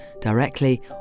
directly